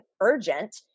urgent